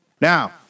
Now